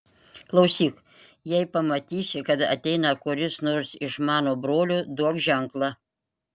klausyk jei pamatysi kad ateina kuris nors iš mano brolių duok ženklą